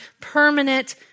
permanent